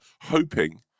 hoping